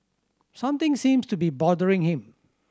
something seems to be bothering him